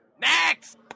Next